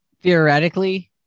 Theoretically